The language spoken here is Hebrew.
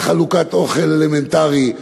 בחלוקת אוכל אלמנטרי,